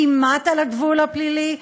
כמעט על הגבול הפלילי.